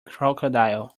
crocodile